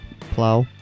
Plow